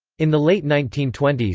in the late nineteen twenty s,